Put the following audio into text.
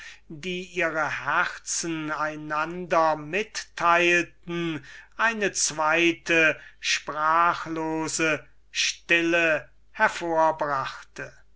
die ihre herzen einander mitteilten eine zweite sprachlose stille